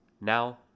now